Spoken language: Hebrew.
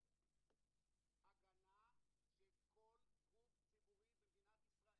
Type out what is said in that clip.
יש לך מילה להגיד לנו לטובה?